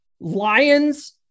lions